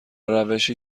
روشی